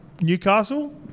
Newcastle